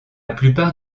plupart